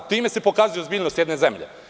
Time se pokazuje ozbiljnost jedne zemlje.